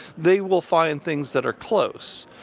they will find things that are close,